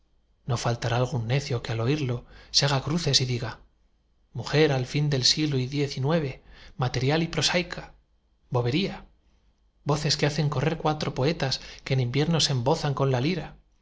no faltará algún necio que al oirlo se haga cruces y diga mujer al fin del siglo diez y nueve material y prosaica bobería voces que hacen correr cuatro poetas que en invierno se embozan con la lira